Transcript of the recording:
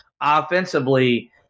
offensively